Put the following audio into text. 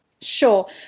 Sure